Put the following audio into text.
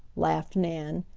laughed nan,